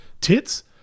tits